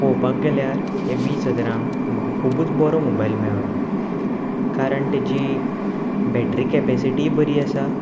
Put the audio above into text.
पळोवपाक गेल्यार हे वीस हजरांक म्हाका खुबूच बरो मोबायल मेळ्ळो कारण ताची बॅटरी कॅपेसिटीय बरी आसा